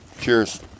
Cheers